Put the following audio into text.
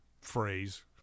phrase